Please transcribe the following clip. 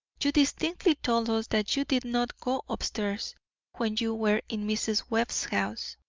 you distinctly told us that you did not go up-stairs when you were in mrs. webb's house.